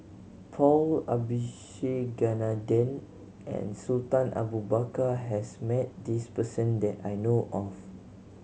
Paul Abisheganaden and Sultan Abu Bakar has met this person that I know of